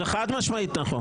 זה חד-משמעית נכון.